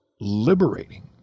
liberating